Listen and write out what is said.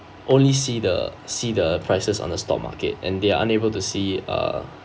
only see the see the prices on the stock market and they are unable to see uh